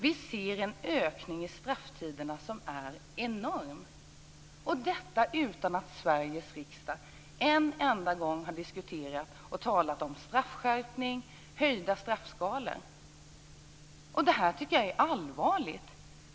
Vi ser en enorm ökning i strafftiderna; detta utan att Sveriges riksdag en enda gång har diskuterat och talat om straffskärpning, om höjda straffskalor. Jag tycker att detta är allvarligt.